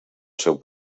seu